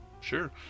Sure